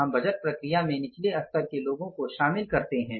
हम बजट प्रक्रिया में निचले स्तर के लोगों को शामिल करते हैं